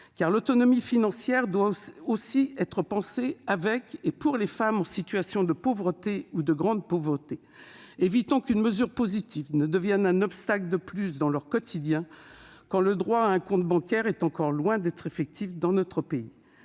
l'autonomie financière doit aussi être pensée avec et pour les femmes en situation de pauvreté ou de grande pauvreté. Évitons qu'une mesure positive ne devienne un obstacle de plus dans leur quotidien quand le droit à un compte bancaire est encore loin d'être effectif dans notre pays.